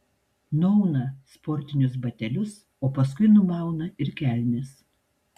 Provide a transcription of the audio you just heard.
nuauna sportinius batelius o paskui numauna ir kelnes